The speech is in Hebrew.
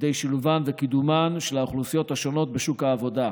ידי שילובן וקידומן של האוכלוסיות השונות בשוק העבודה.